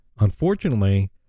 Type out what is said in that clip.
Unfortunately